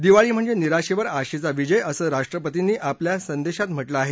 दिवाळी म्हणजे निराशेवर आशेचा विजय असं राष्ट्रपतींनी आपल्या संदेशात म्हटलं आहे